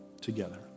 together